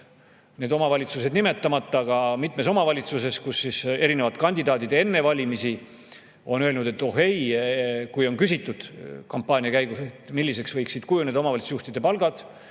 need omavalitsused nimetamata, aga mitmes omavalitsuses on kandidaadid enne valimisi öelnud, et oh ei. Kui on küsitud kampaania käigus, milliseks võiksid kujuneda omavalitsusjuhtide palgad,